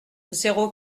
zéro